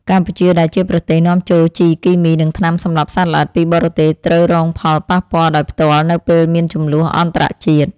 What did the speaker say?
កម្ពុជាដែលជាប្រទេសនាំចូលជីគីមីនិងថ្នាំសម្លាប់សត្វល្អិតពីបរទេសត្រូវរងផលប៉ះពាល់ដោយផ្ទាល់នៅពេលមានជម្លោះអន្តរជាតិ។